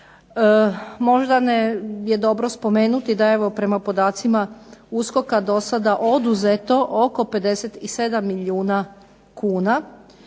Možda je dobro spomenuti da evo prema podacima USKOK-a je dosada oduzeto oko 57 milijuna kuna,